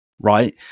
Right